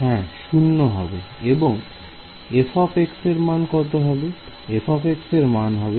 হ্যাঁ শূন্য হবে এবং f এর মান কত হবে